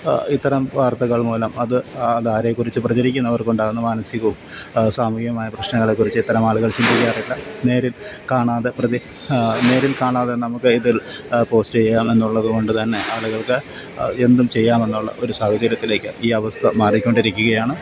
ഇത്തരം വാർത്തകൾ മൂലം അത് അതാരെക്കുറിച്ച് പ്രചരിക്കുന്നു അവർക്കുണ്ടാകുന്ന മാനസികവും സാമൂഹികമായ പ്രശ്നങ്ങളെക്കുറിച്ച് ഇത്തരം ആളുകൾ ചിന്ദിക്കാറില്ല നേര് കാണാതെ പ്രതി നേരിൽ കാണാതെ നമുക്ക് ഇതിൽ പോസ്റ്റ് ചെയ്യാമെന്നുള്ളതുകൊണ്ട് തന്നെ ആളുകൾക്ക് എന്തും ചെയ്യാമെന്നുള്ള ഒരു സാഹചര്യത്തിലേക്ക് ഈ അവസ്ഥ മാറിക്കൊണ്ടിരിക്കുകയാണ്